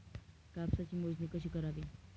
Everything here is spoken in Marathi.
कापसाची मोजणी कशी करावी?